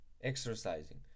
exercising